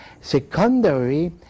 secondary